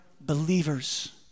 believers